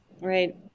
Right